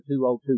202